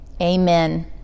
Amen